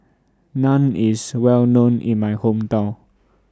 Naan IS Well known in My Hometown